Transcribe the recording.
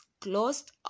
closed